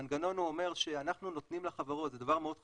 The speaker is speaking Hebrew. המנגנון אומר, זה דבר מאוד חשוב,